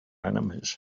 enemies